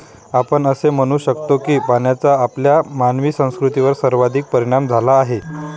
आपण असे म्हणू शकतो की पाण्याचा आपल्या मानवी संस्कृतीवर सर्वाधिक परिणाम झाला आहे